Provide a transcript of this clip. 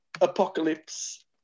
Apocalypse